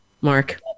Mark